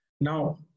Now